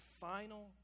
final